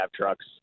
trucks